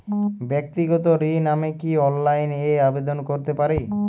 ব্যাক্তিগত ঋণ আমি কি অনলাইন এ আবেদন করতে পারি?